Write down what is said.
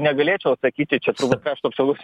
negalėčiau atsakyti čia turbūt krašto apsaugos